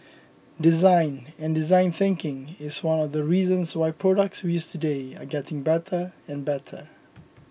design and design thinking is one of the reasons why products we use today are getting better and better